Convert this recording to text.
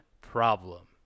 problem